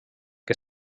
que